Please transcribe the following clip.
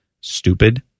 Stupid